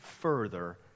further